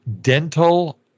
dental